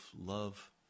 love